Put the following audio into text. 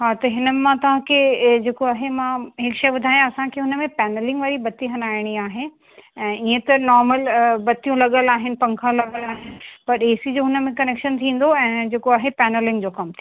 हा त हिन मां तव्हांखे जेको आहे मां हिकु शइ ॿुधायां असांखे हुन में पेनलिंग वारी बत्ती हलाइणी आहे ऐं इअं त नॉर्मल बत्तियूं लॻल आहिनि पंखा लॻल आहिनि पर ए सी जो हुन में कनेक्शन थींदो ऐं जेको आहे पेनलिंग जो कमु थींदो